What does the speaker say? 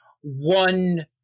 one